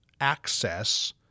access